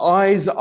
eyes